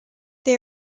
they